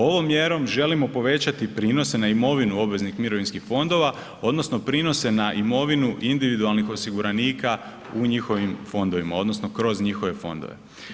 Ovom mjerom želimo povećati prinose na imovinu obveznih mirovinskih fondova odnosno prinose na imovinu individualnih osiguranika u njihovim fondovima odnosno kroz njihove fondove.